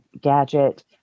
gadget